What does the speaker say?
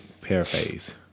Paraphrase